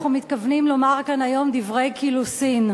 אנחנו מתכוונים לומר כאן היום דברי קילוסין,